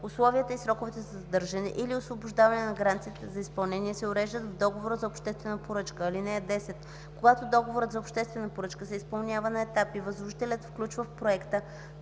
Условията и сроковете за задържане или освобождаване на гаранцията за изпълнение се уреждат в договора за обществена поръчка. (10) Когато договорът за обществена поръчка се изпълнява на етапи, възложителят включва в проекта